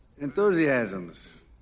Enthusiasms